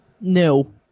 No